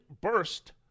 burst